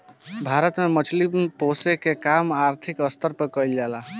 भारत में मछली पोसेके के काम आर्थिक स्तर पर कईल जा ला